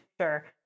sure